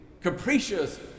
capricious